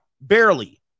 barely